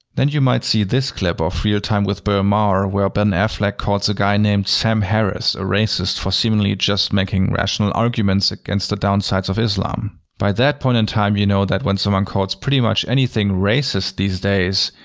then you might see this clip of real time with bill maher where ben affleck calls a guy named sam harris a racist for seemingly just making rational arguments against the downsides of islam. by that point in time, you know that when someone calls pretty much anything racist these days.